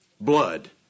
blood